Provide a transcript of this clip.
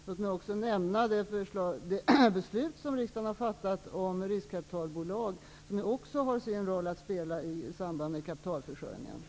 Låt mig också nämna det beslut som riksdagen har fattat om riskkapitalbolag, som har sin roll att spela i samband med kapitalförsörjningen.